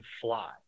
fly